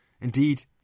Indeed